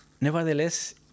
nevertheless